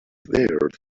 there